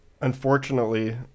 Unfortunately